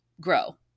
grow